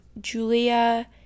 julia